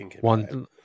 one